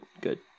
good